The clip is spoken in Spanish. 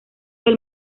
del